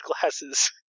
glasses